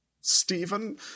stephen